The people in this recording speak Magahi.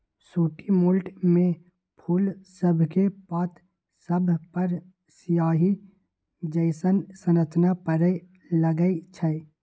सूटी मोल्ड में फूल सभके पात सभपर सियाहि जइसन्न संरचना परै लगैए छइ